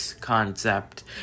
concept